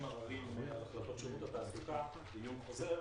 עררים על החלטות שירות התעסוקה לדיון חוזר